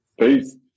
Peace